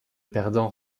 perdant